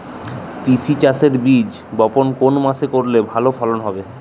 তিসি চাষের বীজ বপন কোন মাসে করলে ভালো ফলন হবে?